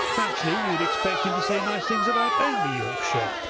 actually, you would expect him to say nice things about only yorkshire.